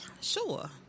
Sure